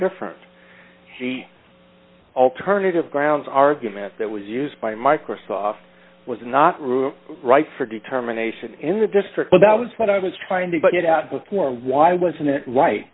different alternative grounds argument that was used by microsoft was not rule right for determination in the district but that was what i was trying to get out before why wasn't it